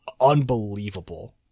unbelievable